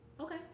Okay